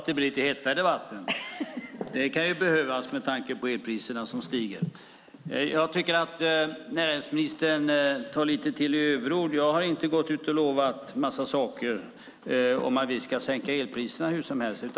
Herr talman! Det är bra att det blir lite hetta i debatten! Det kan behövas, med tanke på elpriserna som stiger. Näringsministern tar till överord, tycker jag. Jag har inte gått ut och lovat en massa saker om att vi ska sänka elpriserna hur som helst.